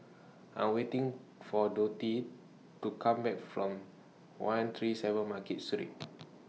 I'm waiting For Dottie to Come Back from one three seven Market Street